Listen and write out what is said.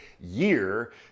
year